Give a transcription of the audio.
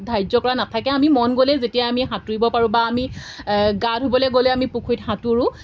ধাৰ্য কৰা নাথাকে আমি মন গ'লেই যেতিয়া আমি সাঁতুৰিব পাৰোঁ বা আমি গা ধুবলৈ গ'লে আমি পুখুৰীত সাঁতোৰোঁ